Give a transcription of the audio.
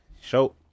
Show